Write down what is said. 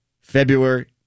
February